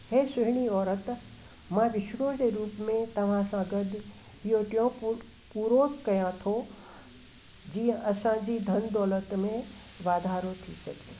हीअ सुहिणी औरतु मां विष्णुअ जे रूप में तव्हांसां गॾु इहो टियों पू पूरो कयां थो जीअं असांजी धन दौलतु में वाधारो थी सघे